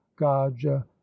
Gaja